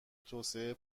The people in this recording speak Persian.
توسعه